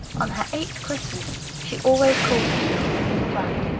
on her eighth christmas, she always called herself, in fun,